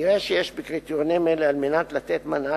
נראה שיש בקריטריונים אלה על מנת לתת מענה